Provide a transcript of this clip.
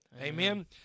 amen